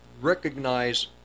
recognize